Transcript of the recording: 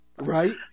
Right